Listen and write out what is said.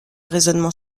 raisonnement